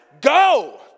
go